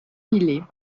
millet